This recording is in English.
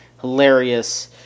hilarious